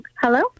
Hello